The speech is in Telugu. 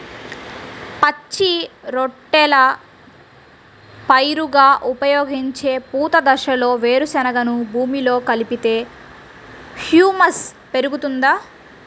పచ్చి రొట్టెల పైరుగా ఉపయోగించే పూత దశలో వేరుశెనగను భూమిలో కలిపితే హ్యూమస్ పెరుగుతుందా?